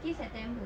still september